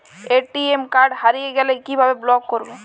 ATM card হারিয়ে গেলে কিভাবে ব্লক করবো?